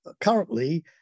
currently